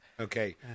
Okay